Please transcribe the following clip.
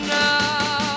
now